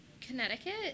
Connecticut